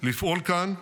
לפעול כאן,